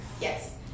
Yes